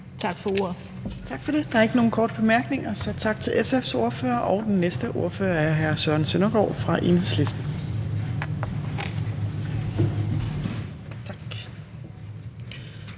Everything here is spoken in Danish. næstformand (Trine Torp): Der er ikke nogen korte bemærkninger, så tak til SF's ordfører, og den næste ordfører er hr. Søren Søndergaard fra Enhedslisten. Kl.